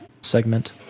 segment